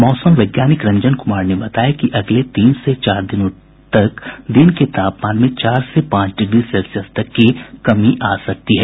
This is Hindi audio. मौसम वैज्ञानिक रंजन कुमार ने बताया कि अगले तीन से चार दिनों तक दिन के तापमान में चार से पांच डिग्री सेल्सियस तक की कमी आ सकती है